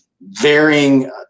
varying